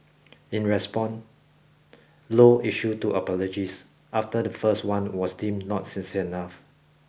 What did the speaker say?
in response Low issued two apologies after the first one was deemed not sincere enough